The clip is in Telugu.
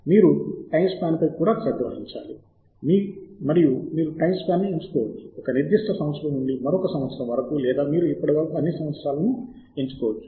మీరు టైమ్స్పాన్పై కూడా శ్రద్ధ వహించాలి మరియు మీరు టైమ్స్పాన్ను ఎంచుకోవచ్చు ఒక నిర్దిష్ట సంవత్సరం నుండి మరొక సంవత్సరం వరకు లేదా మీరు ఇప్పటి వరకు అన్ని సంవత్సరాలను ఎంచుకోవచ్చు